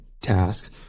tasks